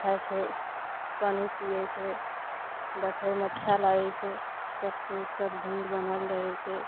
खाइ छै पानि पीयै छै देखैमे अच्छा लागै छै सब कबुत्तर झुण्ड बनल रहै छै